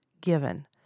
given